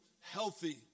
healthy